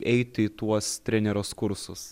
eiti į tuos trenerės kursus